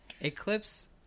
Eclipse